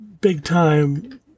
big-time